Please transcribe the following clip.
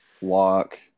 walk